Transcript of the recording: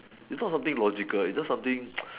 is not something logical is not something